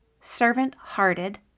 servant-hearted